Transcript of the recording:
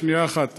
שנייה אחת,